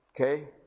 Okay